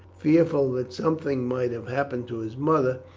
fearful that something might have happened to his mother,